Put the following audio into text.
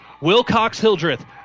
Wilcox-Hildreth